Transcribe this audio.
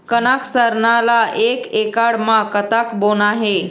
कनक सरना ला एक एकड़ म कतक बोना हे?